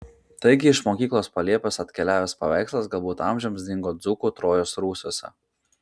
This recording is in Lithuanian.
taigi iš mokyklos palėpės atkeliavęs paveikslas galbūt amžiams dingo dzūkų trojos rūsiuose